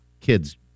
kids